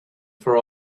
for